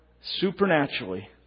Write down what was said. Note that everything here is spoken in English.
supernaturally